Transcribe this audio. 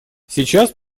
сейчас